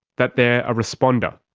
that they are a responder.